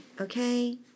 okay